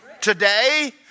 Today